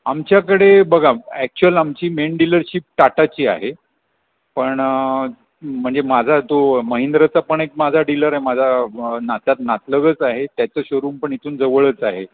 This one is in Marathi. आमच्याकडे बघा ॲक्चुअल आमची मेन डिलरशिप टाटाची आहे पण म्हणजे माझा तो महिंद्राचा पण एक माझा डीलर आहे माझा मग नात्यात नातलगच आहे त्याचं शोरूम पण इथून जवळच आहे